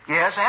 Yes